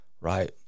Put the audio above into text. right